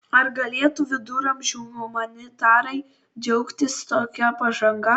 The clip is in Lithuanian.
ar galėtų viduramžių humanitarai džiaugtis tokia pažanga